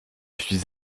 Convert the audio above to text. suis